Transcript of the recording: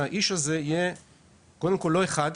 שזה לא יהיה איש אחד,